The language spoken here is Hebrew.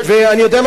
ואני יודע מה?